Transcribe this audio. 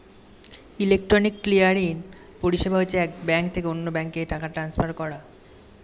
electronic clearing পরিষেবা হচ্ছে এক ব্যাঙ্ক থেকে অন্য ব্যাঙ্কে টাকা ট্রান্সফার করা